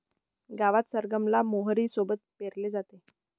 गावात सरगम ला मोहरी सोबत पेरले जाते